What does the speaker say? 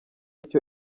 icyo